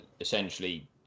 essentially